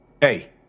Hey